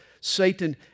Satan